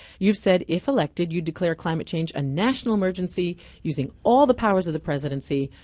you've said if elected, you'd declare climate change a national emergency using all the powers of the presidency.